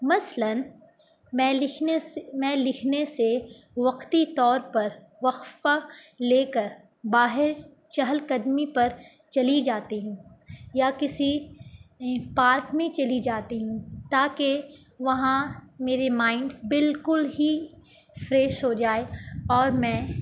مثلاً میں لکھنے سے میں لکھنے سے وقتی طور پر وقفہ لے کر باہر چہل قدمی پر چلی جاتی ہوں یا کسی پارک میں چلی جاتی ہوں تاکہ وہاں میرے مائنڈ بالکل ہی فریش ہو جائے اور میں